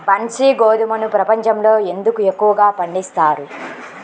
బన్సీ గోధుమను ప్రపంచంలో ఎందుకు ఎక్కువగా పండిస్తారు?